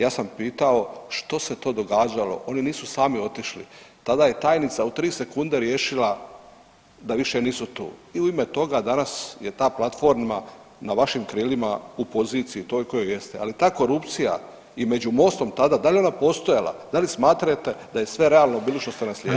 Ja sam pitao što se to događalo, oni nisu sami otišli, tada je tajnica u tri sekunde riješila da više nisu tu i u ime toga danas je ta platforma na vašim krilima u poziciji toj u kojoj jeste, ali ta korupcija i među Mostom tada da li je ona postojala, da li smatrate da je sve realno bilo što ste naslijedili?